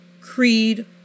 creed